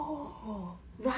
adult is fifty